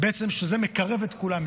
בעצם זה מקרב את כולם,